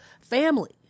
family